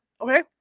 Okay